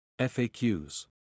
FAQs